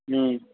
हम्म